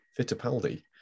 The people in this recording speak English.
Fittipaldi